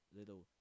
little